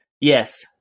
Yes